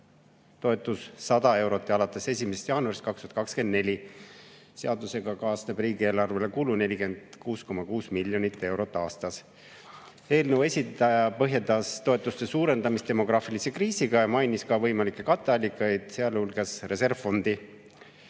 toetus 100 eurot ja alates 1. jaanuarist 2024. Seadusega kaasneks riigieelarvele kulu 46,6 miljonit eurot aastas. Eelnõu esitaja põhjendas toetuste suurendamist demograafilise kriisiga ja mainis ka võimalikke katteallikaid, sealhulgas reservfondi.